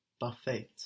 Parfait